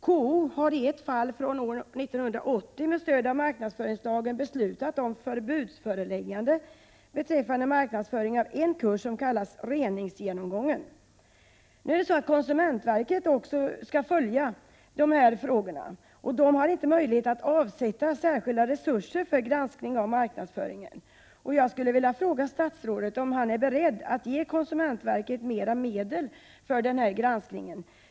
KO har i ett fall från år 1980 med stöd av marknadsföringslagen beslutat om förbudsföreläggande beträffande marknadsföring av en kurs som kallas Reningsgenomgången. Konsumentverket har att följa de här frågorna. Men konsumentverket kan inte avsätta särskilda resurser för granskning av marknadsföringen. Jag vill fråga statsrådet om han är beredd att ge konsumentverket mer medel för denna granskning.